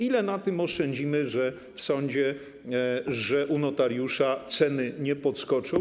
Ile na tym oszczędzimy, że w sądzie, że u notariusza ceny nie podskoczą?